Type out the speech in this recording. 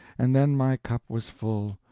and then my cup was full,